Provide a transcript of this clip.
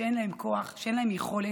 שאין להם כוח, שאין להם יכולת,